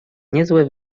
niezłe